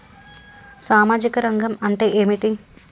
సామాజిక రంగం అంటే ఏమిటి?